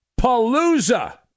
Palooza